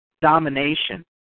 domination